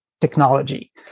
technology